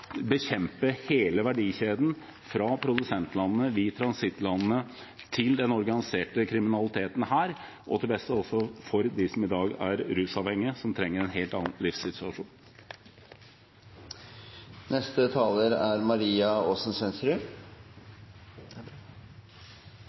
bekjempe hele verdikjeden fra produsentlandene, via transittlandene og til den organiserte kriminaliteten her – til beste også for dem som i dag er rusavhengige, og som trenger en helt annen livssituasjon. I dag er